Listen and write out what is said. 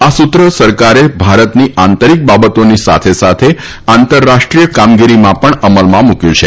આ સૂત્ર સરકારે ભારતની આંતરિક બાબતોની સાથે સાથે આંતરરાષ્ટ્રીય કામગીરીમાં પણ અમલમાં મુકયું છે